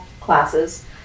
classes